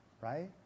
Right